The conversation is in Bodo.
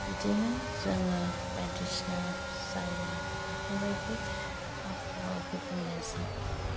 बिदिनो जोङो बायदिसिना जायो आरो बेफोरबायदि आबहावा गुबुंलेजों